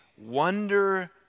wonder